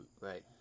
Right